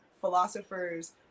philosophers